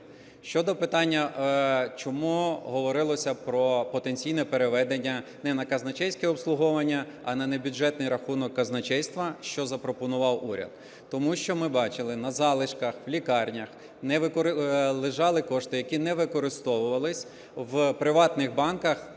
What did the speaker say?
Щодо питання, чому говорилося про потенційне переведення не на казначейське обслуговування, а на небюджетний рахунок казначейства, що запропонував уряд. Тому що ми бачили, на залишках в лікарнях лежали кошти, які не використовувалися в приватних банках,